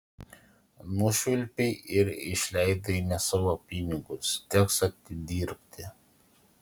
nušvilpei ir išleidai ne savo pinigus teks atidirbti